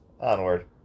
onward